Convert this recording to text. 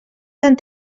tan